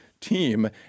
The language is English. team